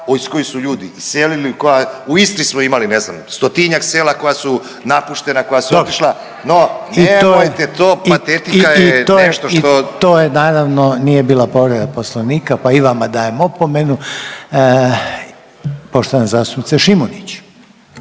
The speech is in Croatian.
iz kojih su ljudi iselili, u Istri smo imali ne znam stotinjak sela koja su napuštena, koja su otišla. No, nemojte to. Patetika je nešto što … **Reiner, Željko (HDZ)** I to naravno nije bila povreda Poslovnika, pa i vama dajem opomenu. Poštovana zastupnica Šimunić.